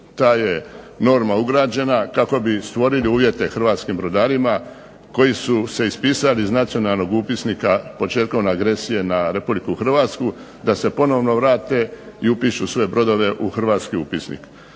Ta je norma ugrađena kako bi stvorili uvjete hrvatskim brodarima koji su se ispisali iz Nacionalnog upisnika početkom agresije na RH da se ponovno vrate i upišu sve brodove u hrvatski upisnik.